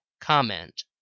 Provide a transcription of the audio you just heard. Comment